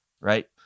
right